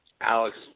Alex